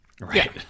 Right